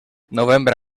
novembre